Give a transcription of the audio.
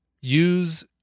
use